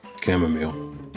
chamomile